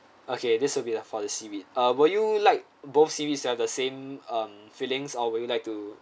okay this will be for the seaweed uh would you like both seaweed to have the same um filings or would you like to